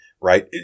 right